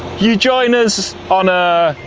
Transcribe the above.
you join us on a